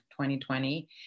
2020